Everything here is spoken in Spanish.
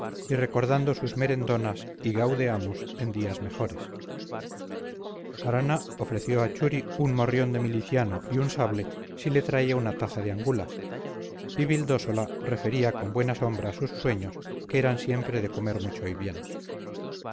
y recordando sus merendonas y gaudeamus en días mejores arana ofreció a churi un morrión de miliciano y un sable si le traía una taza de angulas y vildósola refería con buena sombra sus sueños que eran siempre de comer mucho y bien